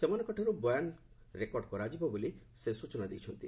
ସେମାନଙ୍କଠାରୁ ବୟାନ ରେକର୍ଡ କରାଯିବ ବୋଲି ସେ ସୂଚନା ଦେଇଛନ୍ତି